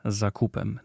zakupem